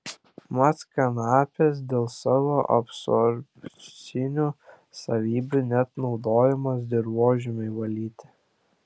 mat kanapės dėl savo absorbcinių savybių net naudojamos dirvožemiui valyti